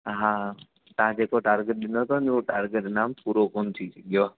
हा तव्हां जेको टारगेट ॾिनो अथव न उहो टारगेट न पूरो कोन्ह थी सघियो आहे